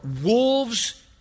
wolves